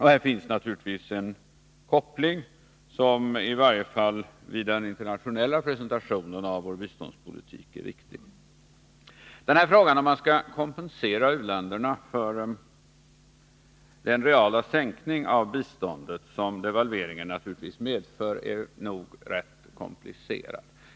Här finns naturligtvis en koppling som åtminstone vid den internationella presentationen av vår biståndspolitik är riktig. Frågan om man skall kompensera u-länderna för den reala sänkning av biståndet som devalveringen naturligtvis medför är rätt komplicerad.